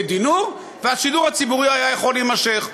די-נור והשידור הציבורי היה יכול להימשך.